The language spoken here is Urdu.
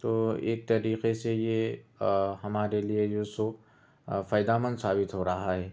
تو ایک طریقے سے یہ آ ہمارے لیے جو سو فائدہ مند ثابت ہو رہا ہے